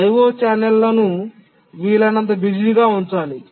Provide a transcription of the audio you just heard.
IO ఛానెల్లను వీలైనంత బిజీగా ఉంచాలి